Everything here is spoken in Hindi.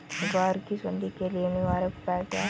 ग्वार की सुंडी के लिए निवारक उपाय क्या है?